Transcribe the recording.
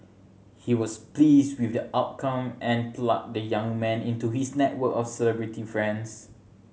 he was pleased with the outcome and plugged the young man into his network of celebrity friends